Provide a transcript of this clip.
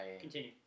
Continue